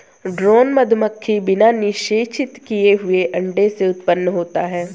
drone मधुमक्खी बिना निषेचित किए हुए अंडे से उत्पन्न होता है